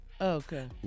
Okay